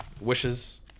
wishes